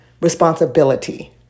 responsibility